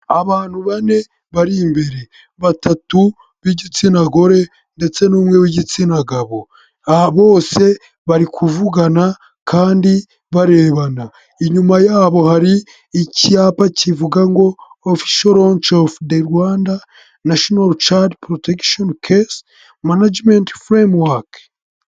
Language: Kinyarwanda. Abantu bane bari imbere batatu b'igitsina gore ndetse n'umwe w'igitsina gabo bose bari kuvugana kandi barebana inyuma yabo hari icyapa kivuga ngo official launch of the Rwanda national child protection case management framework.